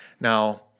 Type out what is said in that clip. Now